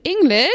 English